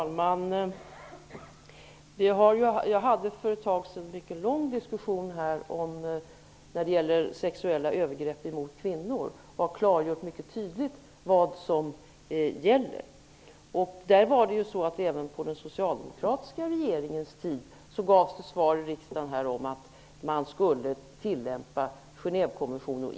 Herr talman! Jag deltog för ett tag sedan i en mycket lång diskussion här om sexuella övergrepp mot kvinnor, och jag klargjorde mycket tidigt vad som gäller i det avseendet. Även på den socialdemokratiska regeringens tid gavs det svar här i riksdagen om att man i dessa fall skall tillämpa Genèvekonvention.